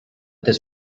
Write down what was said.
this